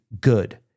good